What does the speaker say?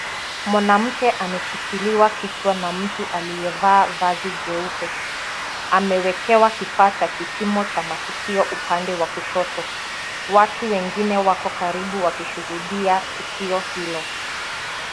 Mwanamke anashikiliwa kichwa na mtu aliyevaa vazi jeupe, amewekewa kifaa cha kipimo cha maskio upande wa kushoto, watu wengine wako karibu wakishuhudia tukio hilo.